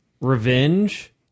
revenge